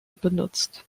benutzt